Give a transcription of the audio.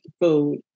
food